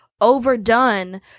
overdone